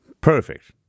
Perfect